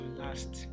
last